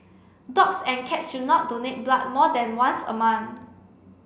dogs and cats should not donate blood more than once a month